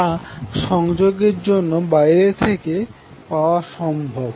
যা সংযোগের জন্য বাইরে থেকে বাইরে থাকে পাওয়া সম্ভব